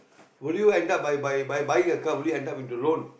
would you end up by by by buying a car or would you end up with a loan